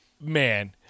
man